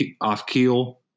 off-keel